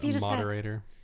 moderator